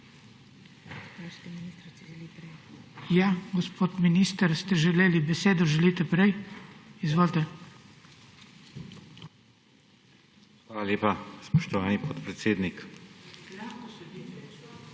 Hvala lepa, spoštovani podpredsednik,